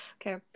Okay